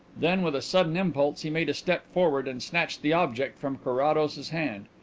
then, with a sudden impulse, he made a step forward and snatched the object from carrados's hand.